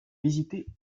visités